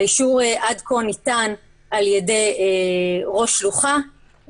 האישור עד כה ניתן על ידי ראש שלוחה,